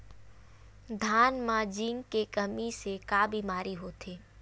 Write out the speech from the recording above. धान म जिंक के कमी से का बीमारी होथे?